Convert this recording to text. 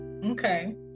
Okay